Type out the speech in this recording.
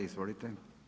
Izvolite.